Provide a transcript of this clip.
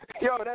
Yo